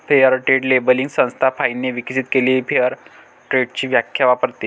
fair trade labelling संस्था फाइनने विकसित केलेली फेअर ट्रेडची व्याख्या वापरते